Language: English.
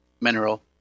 mineral